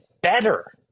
better